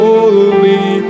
Holy